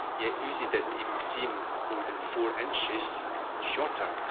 yet uzi doesn't even seem more than four inches shorter.